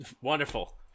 Wonderful